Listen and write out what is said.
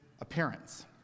appearance